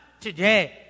today